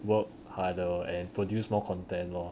work harder and produce more content lor